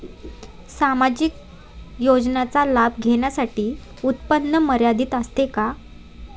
सामाजिक योजनांचा लाभ घेण्यासाठी उत्पन्न मर्यादा असते का?